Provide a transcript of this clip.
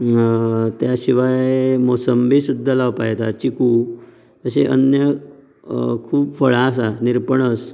त्या शिवाय मोसंबी सुद्दां लावपाक येता चिकू अशीं अन्य खूब फळां आसात निरपणस